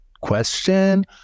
question